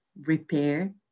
repair